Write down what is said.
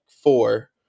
four